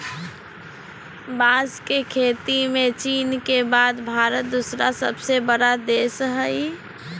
बांस के खेती में चीन के बाद भारत दूसरा सबसे बड़ा देश हइ